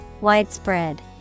Widespread